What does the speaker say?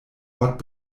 ort